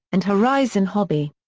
and horizon hobby.